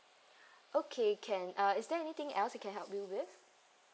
okay can uh is there anything else I can help you with